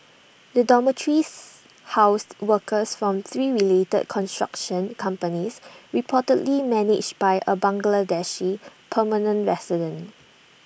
the dormitories housed workers from three related construction companies reportedly managed by A Bangladeshi permanent resident